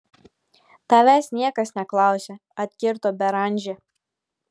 tavęs niekas neklausia atkirto beranžė